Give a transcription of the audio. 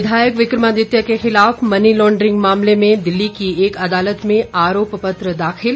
विधायक विक्रमादित्य के खिलाफ मनी लॉन्ड्रिंग मामले में दिल्ली की एक अदालत में आरोप पत्र दाखिल